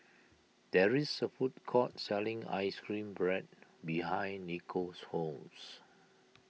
there is a food court selling Ice Cream Bread behind Nicole's house